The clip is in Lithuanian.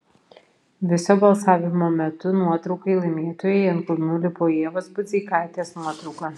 viso balsavimo metu nuotraukai laimėtojai ant kulnų lipo ievos budzeikaitės nuotrauka